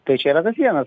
tai čia yra tas vienas